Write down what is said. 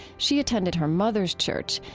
she attended her mother's church,